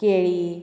केळीं